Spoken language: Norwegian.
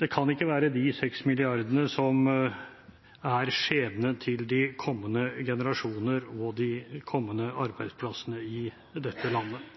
Det kan ikke være de 6 mrd. kr som er skjebnen til de kommende generasjoner og de kommende arbeidsplassene i dette landet.